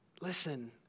Listen